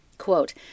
quote